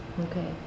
Okay